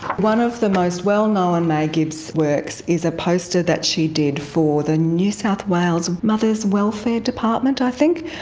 one of the most well-known may gibbs works is a poster that she did for the new south wales mothers welfare department i think,